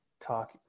talk